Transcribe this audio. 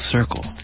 Circle